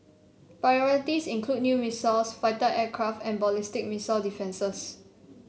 priorities include new missiles fighter aircraft and ballistic missile defences